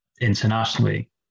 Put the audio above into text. internationally